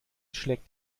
schlägt